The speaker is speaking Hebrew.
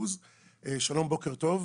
בוקר טוב,